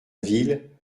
ville